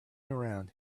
around